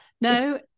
No